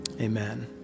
amen